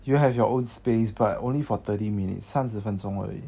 you have your own space but only for thirty minutes 三十分钟而已